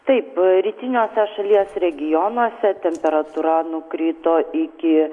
taip rytiniuose šalies regionuose temperatūra nukrito iki